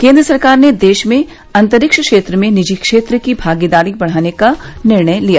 केन्द्र सरकार ने देश में अंतरिक्ष क्षेत्र में निजीक्षेत्र की भागीदारी बढाने का निर्णय लिया